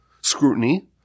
scrutiny